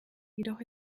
jedoch